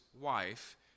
wife